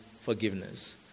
forgiveness